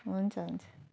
हुन्छ हुन्छ